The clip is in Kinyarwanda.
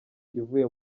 ivuye